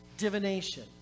divination